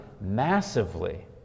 massively